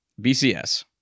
BCS